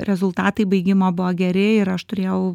rezultatai baigimo buvo geri ir aš turėjau